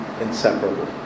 inseparable